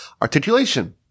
articulation